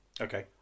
Okay